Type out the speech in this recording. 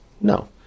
No